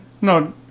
No